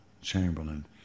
Chamberlain